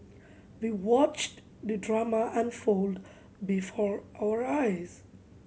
we watched the drama unfold before our eyes